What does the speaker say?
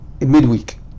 midweek